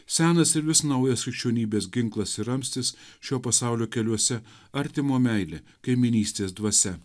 senas ir vis naujas krikščionybės ginklas ir ramstis šio pasaulio keliuose artimo meilė kaimynystės dvasia